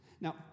Now